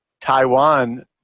Taiwan